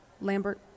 Lambert